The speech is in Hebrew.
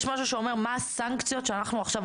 יש משהו שאומר מה הסנקציות --- אגב,